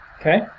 Okay